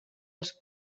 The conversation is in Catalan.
els